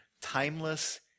timeless